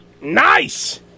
Nice